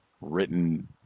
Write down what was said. written